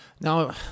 Now